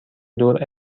دور